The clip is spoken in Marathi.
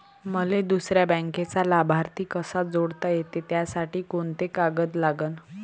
मले दुसऱ्या बँकेचा लाभार्थी कसा जोडता येते, त्यासाठी कोंते कागद लागन?